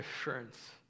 assurance